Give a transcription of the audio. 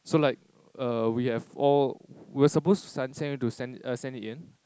so like err we have all we are supposed to send to send a send in